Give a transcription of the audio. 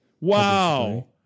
Wow